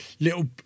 little